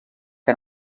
que